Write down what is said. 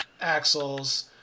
axles